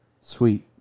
Sweet